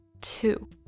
two